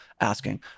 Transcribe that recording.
asking